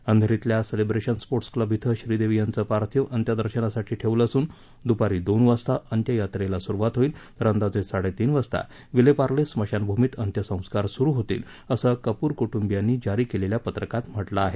अंधेरीतल्या celebration sports club इथं श्रीदेवी यांचं पार्थिव अंत्यदर्शनासाठी ठेवलं असून द्पारी दोन वाजता अंत्ययात्रेला सुरवात होईल तर अंदाजे साडेतीन वाजता विलेपार्ले स्मशानभूमीत अंत्यसंस्कार सुरू होतील असं कपूर कुटुंबियांनी जारी केलेल्या पत्रकात म्हटलं आहे